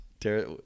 Tara